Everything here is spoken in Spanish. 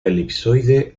elipsoide